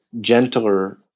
gentler